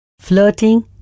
Flirting